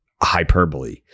hyperbole